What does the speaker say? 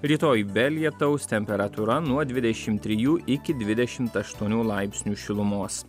rytoj be lietaus temperatūra nuo dvidešimt trijų iki dvidešimt aštuonių laipsnių šilumos